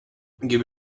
give